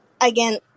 again